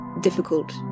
Difficult